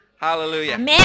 Hallelujah